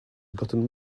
gotten